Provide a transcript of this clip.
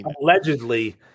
allegedly